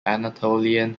anatolian